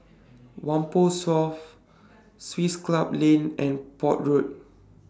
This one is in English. Whampoa South Swiss Club Lane and Port Road